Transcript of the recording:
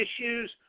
issues